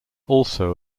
also